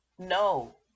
no